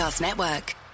network